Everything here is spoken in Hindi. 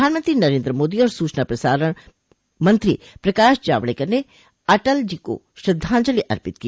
प्रधानमंत्री नरेन्द्र मोदी और सूचना प्रसार मंत्री प्रकाश जावडेकर ने अटल जी को श्रद्धांजलि अर्पित की